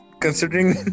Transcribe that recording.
considering